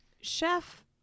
Chef